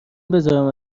بذارم